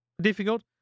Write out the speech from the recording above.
difficult